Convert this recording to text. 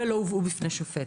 ולא הובאו בפני שופט.